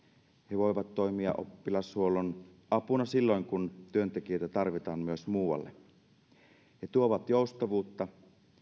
he voivat toimia oppilashuollon apuna silloin kun työntekijöitä tarvitaan myös muualle he tuovat joustavuutta